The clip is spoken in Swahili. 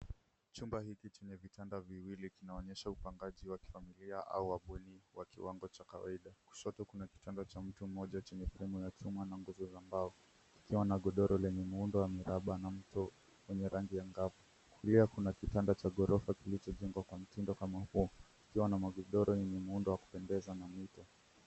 Chumba hiki chenye ya vitanda viwili kinaonyesha upangaji wa kifamilia au wa bweni wa kiwango cha kawaida, kushoto kuna kitanda cha mtu mmoja chenye fremu ya chuma na nguzo za mbao ikiwa na godoro lenye muundo wa mraba na mto wenye rangi ya angavu , kulia kuna kitanda cha ghorofa kilichojengwa kwa mtindo kama huo ukiwa na magodoro ni muundo wa kupendeza na mito.